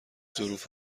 ظروف